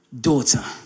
daughter